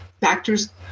factors